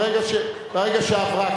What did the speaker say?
ברגע שעברה,